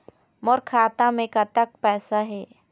मोर खाता मे कतक पैसा हे?